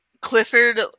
Clifford